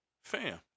fam